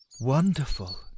Wonderful